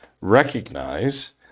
recognize